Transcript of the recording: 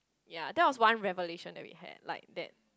ya that was one revelation that we had like that